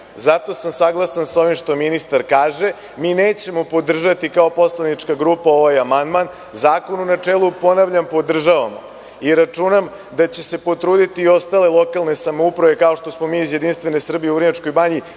Zato sam saglasan s ovim što ministar kaže. Mi nećemo podržati kao poslanička grupa ovaj amandman. Zakon u načelu, ponavljam, podržavamo i računam da će se potruditi i ostale lokalne samouprave, kao što smo mi iz Jedinstvene Srbije u Vrnjačkoj Banji